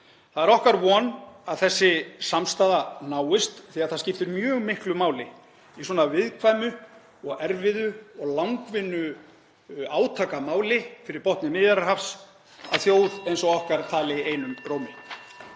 Það er okkar von að þessi samstaða náist því að það skiptir mjög miklu máli í svona viðkvæmu og erfiðu og langvinnu átakamáli fyrir botni Miðjarðarhafs að þjóð eins og okkar tali einum rómi.